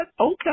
okay